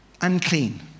Unclean